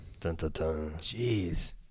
Jeez